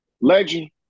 Legend